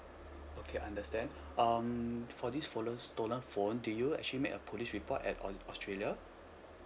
okay understand um for this stolen phone did you actually make a police report at au~ australia